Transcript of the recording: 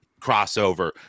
crossover